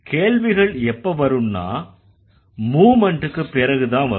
கேள்விகள் எப்ப வரும்னா மூவ்மெண்ட்க்கு பிறகுதான் வரும்